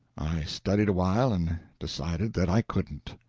studied awhile and decided that i couldn't.